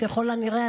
ככל הנראה,